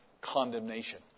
condemnation